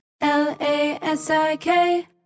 L-A-S-I-K